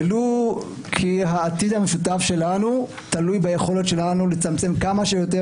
ולו כי העתיד המשותף שלנו תלוי ביכולת שלנו לצמצם כמה שיותר,